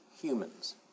humans